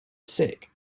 sick